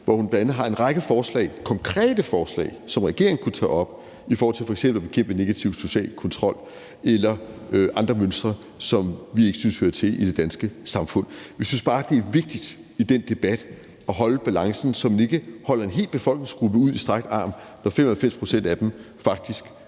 hvor hun bl.a. har en række forslag, konkrete forslag, som regeringen kunne tage op i forhold til at f.eks. bekæmpe negativ social kontrol eller andre mønstre, som vi ikke synes hører til i det danske samfund. Vi synes bare, det i den debat er vigtigt at holde balancen, så man ikke holder en hel befolkningsgruppe ud i strakt arm, når 95 pct. af den faktisk